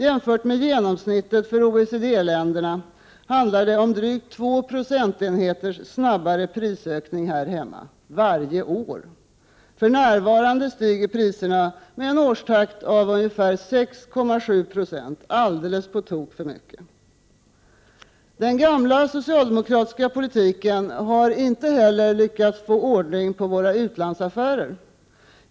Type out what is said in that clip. Jämfört med genomsnittet för OECD-länderna handlar det om drygt 2 procentenheters snabbare prisökningar varje år här hemma. För närvarande stiger priserna med en årstakt av ungefär 6,7 90, alldeles på tok för mycket! Den gamla socialdemokratiska politiken har inte heller lyckats få någon ordning på våra utlandsaffärer.